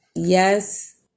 Yes